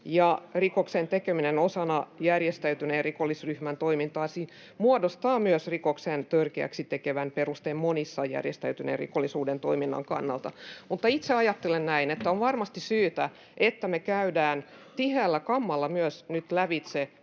rikoksen tekeminen osana järjestäytyneen rikollisryhmän toimintaa muodostaa myös rikoksen törkeäksi tekevän perusteen monissa säännöksissä. Mutta itse ajattelen, että on varmasti syytä, että me käydään tiheällä kammalla nyt lävitse